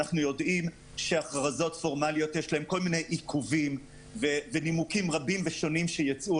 אנחנו יודעים להכרזות פורמאליות יש כל מיני עיכובים ונימוקים שכנגד.